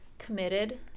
committed